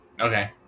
Okay